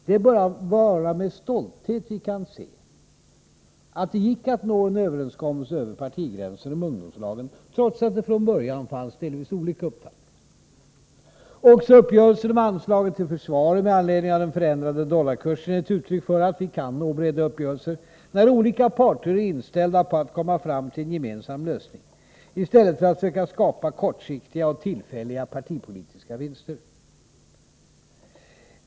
Det bör vara med stolthet vi kan se att det gick att nå en överenskommelse över partigränserna om ungdomslagen, trots att det från början fanns delvis olika uppfattningar. Också uppgörelsen om anslagen till försvaret med anledning av den förändrade dollarkursen är ett uttryck för att vi kan nå breda uppgörelser, när olika parter är inställda på att komma fram till en gemensam lösning i stället för att söka skapa kortsiktiga och tillfälliga partipolitiska vinster.